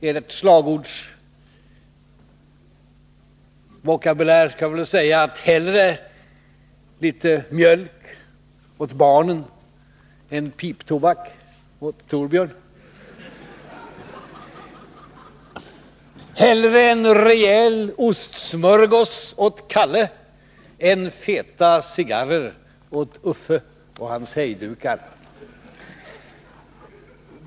Enligt slagordsvokabulären kan man säga: Hellre litet mjölk åt barnen än piptobak åt Thorbjörn. Hellre en rejäl ostsmörgås åt Kalle än feta cigarrer åt Uffe och hans hejdukar.